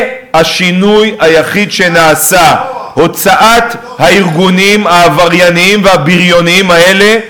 זה השינוי היחיד שנעשה: הוצאת הארגונים העברייניים והבריוניים האלה,